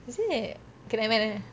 is it okay never mind